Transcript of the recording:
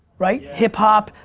right, hip hop,